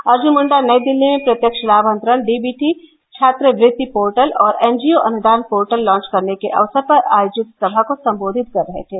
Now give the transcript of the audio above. अर्जुन मुंडा नई दिल्ली में प्रत्यक्ष लाभा अंतरण डीबीटी छात्रवृत्ति पोर्टल और एनजीओ अनुदान पोर्टल लॉन्च करने के अवसर पर आयोजित सभा को संबोधित कर रहे थे